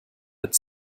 mit